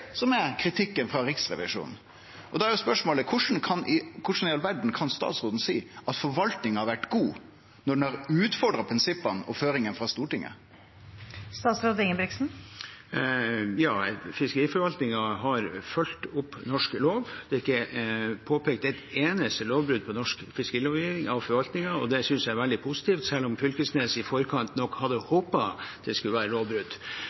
som er kritikken frå Riksrevisjonen. Da er spørsmålet: Korleis i all verda kan statsråden seie at forvaltinga har vore god, når ho har utfordra prinsippa og føringane frå Stortinget? Fiskeriforvaltningen har fulgt opp norsk lov. Det er ikke påpekt et eneste lovbrudd på norsk fiskerilovgivning av forvaltningen, og det synes jeg er veldig positivt, selv om representanten Knag Fylkesnes i forkant nok hadde håpet det skulle være lovbrudd.